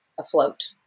afloat